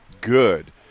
good